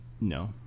No